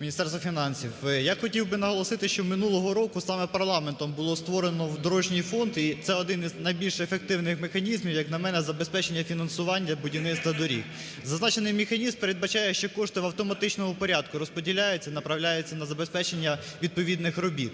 Міністерство фінансів. Я хотів би наголосити, що минулого року саме парламентом було створено дорожній фонд, і це один із найбільш ефективних механізмів, як на мене, забезпечення фінансування будівництва доріг. Зазначений механізм передбачає, що кошти в автоматичному порядку розподіляються, направляються на забезпечення відповідних робіт.